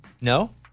No